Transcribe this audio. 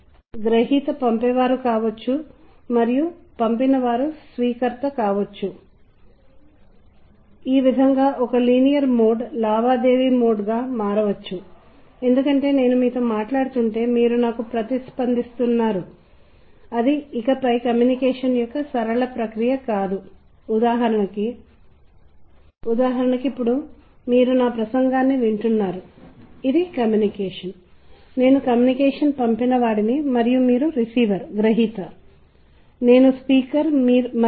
మన జీవితంలో సంగీతం నేను మీకు చెప్పినట్లుగా మనం సంగీతాన్ని వింటామని నేను ఇప్పటికే ఆశాజనకంగా మిమ్మల్ని ఒప్పించగలిగాను ఎందుకంటే ఇది మన జీవితంలో చాలా ముఖ్యమైన భాగం ఆనందం కోసం విశ్రాంతి కోసం కానీ నేను మీతో భాగస్వామ్యం చేయగలిగాను మల్టీమీడియా ప్రెజెంటేషన్లు మరియు అలాగే వాతావరణంతో సహా వివిధ రకాల వ్యాపార సందర్భాల ప్రకటనలు సందర్భంలో చేయగలిగాను